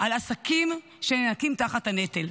על עסקים שנאנקים תחת הנטל.